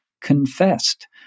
confessed